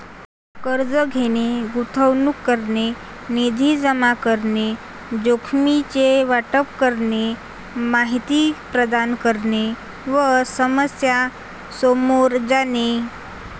कर्ज घेणे, गुंतवणूक करणे, निधी जमा करणे, जोखमीचे वाटप करणे, माहिती प्रदान करणे व समस्या सामोरे जाणे